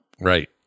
Right